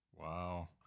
Wow